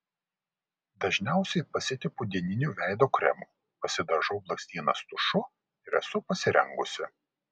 dažniausiai pasitepu dieniniu veido kremu pasidažau blakstienas tušu ir esu pasirengusi